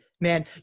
Man